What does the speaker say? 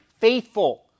faithful